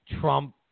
Trump